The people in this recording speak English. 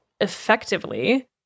effectively